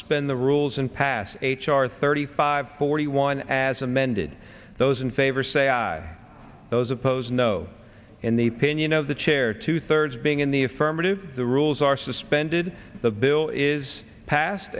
suspend the rules and pass h r thirty five forty one as amended those in favor say aye those opposed no in the pinion of the chair two thirds being in the affirmative the rules are suspended the bill is passed